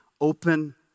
Open